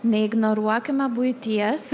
neignoruokime buities